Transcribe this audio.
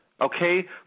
okay